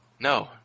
No